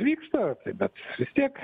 vyksta bet vis tiek